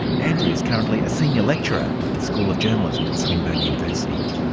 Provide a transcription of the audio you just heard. andrew is currently a senior lecturer at the school of journalism at swinburne university.